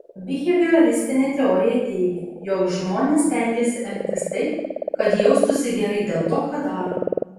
bihevioristinė teorija teigia jog žmonės stengiasi elgtis taip kad jaustųsi gerai dėl to ką daro